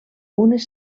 unes